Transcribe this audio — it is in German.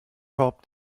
korb